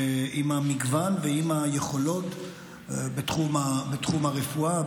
עם המגוון ועם היכולות בתחום הרפואה,